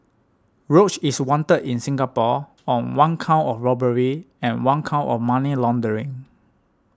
roach is wanted in Singapore on one count of robbery and one count of money laundering